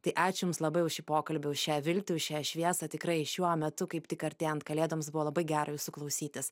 tai ačiū jums labai už šį pokalbį už šią viltį už šią šviesą tikrai šiuo metu kaip tik artėjant kalėdoms buvo labai gera jūsų klausytis